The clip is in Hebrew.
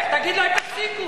להיפך, תגיד להם: תפסיקו.